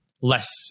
less